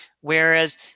whereas